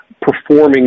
performing